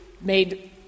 made